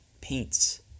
paints